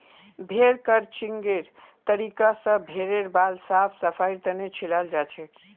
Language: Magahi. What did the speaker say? भेड़ क्रचिंगेर तरीका स भेड़ेर बाल साफ सफाईर तने छिलाल जाछेक